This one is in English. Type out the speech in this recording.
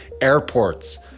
airports